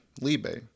Libe